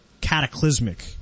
cataclysmic